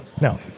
Now